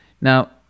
Now